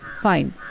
fine